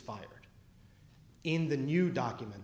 fired in the new document